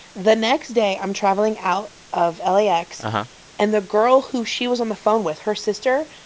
the next day i'm traveling out of lax um and the girl who she was on the phone with, her sister,